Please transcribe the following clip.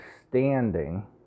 standing